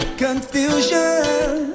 confusion